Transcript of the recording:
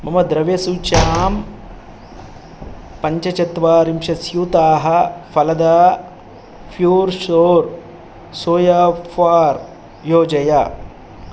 मम द्रव्यसूच्यां पञ्चचत्वारिंशत् स्यूताः फलदा प्यूर् शोर् सोया फ़्लोर् योजय